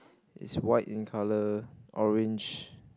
it's white in colour orange